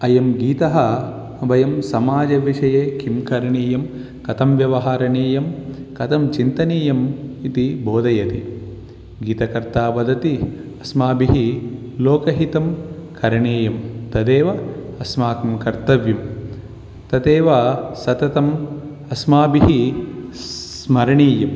अयं गीतं वयं समाजविषये किं करणीयं कथं व्यवहरणीयं कथं चिन्तनीयम् इति बोधयति गीतकर्ता वदति अस्माभिः लोकहितं करणीयं तदेव अस्माकं कर्तव्यं तदेव सतम् अस्माभिः स्मरणीयम्